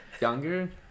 younger